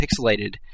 pixelated